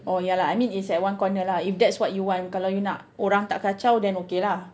orh ya lah I mean is at one corner lah if that's what you want kalau you nak orang tak kacau then okay lah